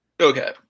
Okay